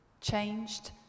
changed